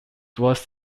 was